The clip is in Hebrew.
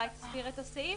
תסביר את הסעיף.